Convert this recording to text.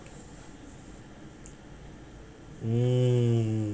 mm